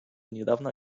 niedawna